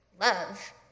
love